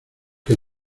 que